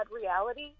reality